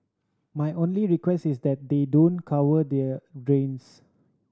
my only request is that they don't cover their drains